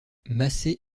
massé